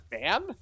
man